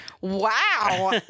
Wow